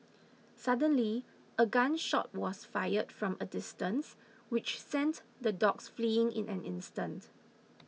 suddenly a gun shot was fired from a distance which sent the dogs fleeing in an instant